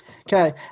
Okay